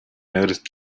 noticed